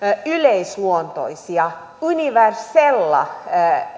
yleisluontoisia universella